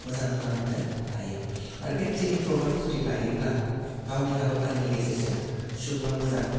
मोजां खालामहोनो हायो आरो बे ट्रेइनिं फ्रग्रामखौ जुदि लायोब्ला गावनि हाबाफारिनि गेजेरजों सुबुंआ मोजां